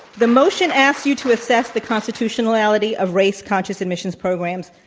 the motion asks you to assess the constitutionality of race conscious admissions programs,